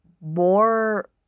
more